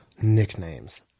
nicknames